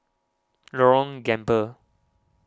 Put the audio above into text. Lorong Gambir